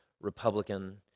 Republican